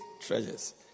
treasures